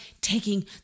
taking